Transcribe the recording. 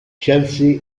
chelsea